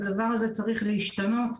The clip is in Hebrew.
הדבר הזה צריך להשתנות.